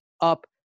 up